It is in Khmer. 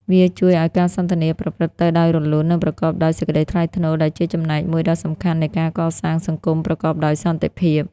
វាជួយឱ្យការសន្ទនាប្រព្រឹត្តទៅដោយរលូន និងប្រកបដោយសេចក្តីថ្លៃថ្នូរ ដែលជាចំណែកមួយដ៏សំខាន់នៃការកសាងសង្គមប្រកបដោយសន្តិភាព។